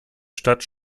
stadt